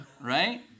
right